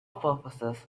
purposes